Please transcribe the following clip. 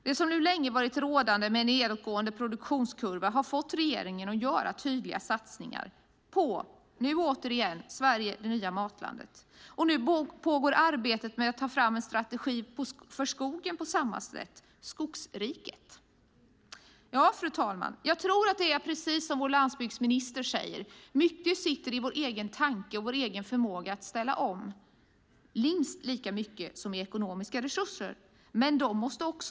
Det som länge varit rådande, en nedåtgående produktionskurva, har fått regeringen att göra tydliga satsningar på Sverige - det nya matlandet, och nu pågår arbetet med att på samma sätt ta fram en strategi för skogen, Skogsriket. Fru talman! Jag tror att det är som vår landsbygdminister säger, att mycket sitter i vår egen tanke och vår egen förmåga att ställa om - minst lika mycket som ekonomiska resurser, men även de måste finnas.